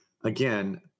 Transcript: Again